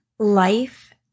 life